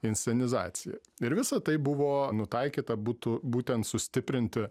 inscenizacija ir visa tai buvo nutaikyta būtų būtent sustiprinti